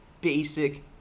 basic